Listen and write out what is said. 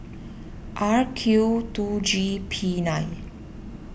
R Q two G P nine